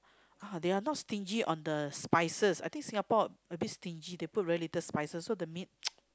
ah they are not stingy on the spices I think Singapore a bit stingy they put really little spices so the meat